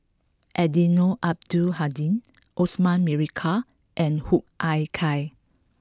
Eddino Abdul Hadi Osman Merican and Hoo Ah Kay